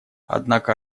однако